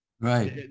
Right